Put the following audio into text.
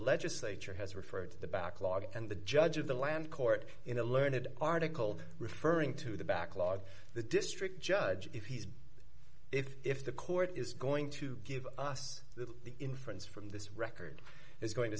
legislature has referred to the backlog and the judge of the land court in a learned article referring to the backlog the district judge if he's if the court is going to give us the inference from this record is going to